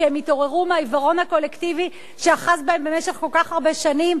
כי הם התעוררו מהעיוורון הקולקטיבי שאחז בהם במשך כל כך הרבה שנים,